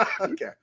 Okay